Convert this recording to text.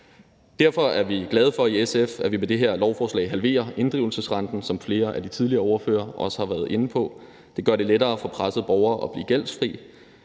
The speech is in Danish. Derfor er vi i SF glade for, at vi med det her lovforslag halverer inddrivelsesrenten, som flere af de tidligere ordførere også har været inde på. Det gør det lettere for pressede borgere at blive gældfri